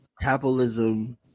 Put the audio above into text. capitalism